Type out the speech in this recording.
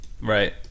Right